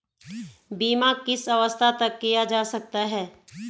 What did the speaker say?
बीमा किस अवस्था तक किया जा सकता है?